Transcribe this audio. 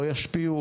לא ישפיעו,